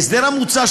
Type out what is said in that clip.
ההסדר המוצע,